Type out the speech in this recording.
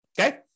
Okay